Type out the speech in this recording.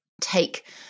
take